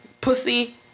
Pussy